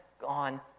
gone